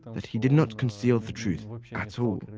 that he did not conceal the truth at so all,